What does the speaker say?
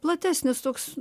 platesnis toks